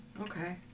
Okay